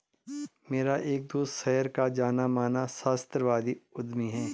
मेरा एक दोस्त शहर का जाना माना सहस्त्राब्दी उद्यमी है